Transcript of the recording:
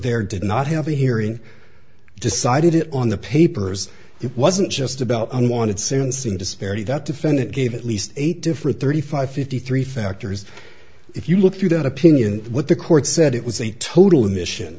there did not have a hearing decided it on the papers it wasn't just about i wanted syncing disparity that defendant gave at least eight different thirty five fifty three factors if you look through that opinion what the court said it was a total admission